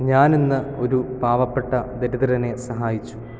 ഞാൻ ഇന്ന് ഒരു പാവപ്പെട്ട ദരിദ്രനെ സഹായിച്ചു